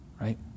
right